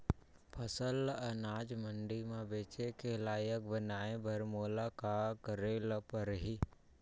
फसल ल अनाज मंडी म बेचे के लायक बनाय बर मोला का करे ल परही?